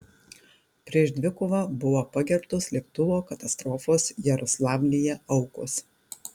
prieš dvikovą buvo pagerbtos lėktuvo katastrofos jaroslavlyje aukos